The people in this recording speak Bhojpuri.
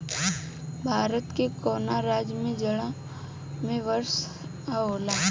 भारत के कवना राज्य में जाड़ा में वर्षा होला?